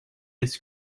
its